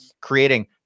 creating